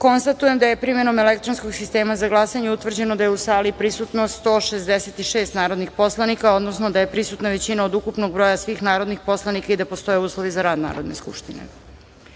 glasanje. Konstatujem da je primenom elektronskog sistema za glasanje utvrđeno da je u sali prisutno 166 narodnih poslanika, odnosno da je prisutna većina od ukupnog broja svih narodnih poslanika i da postoje uslove za rad Narodne skupštine. Primili